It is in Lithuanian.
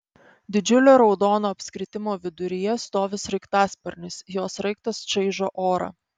didžiulio raudono apskritimo viduryje stovi sraigtasparnis jo sraigtas čaižo orą